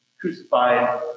crucified